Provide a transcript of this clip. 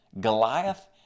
Goliath